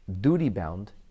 duty-bound